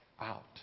out